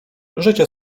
życie